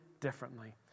differently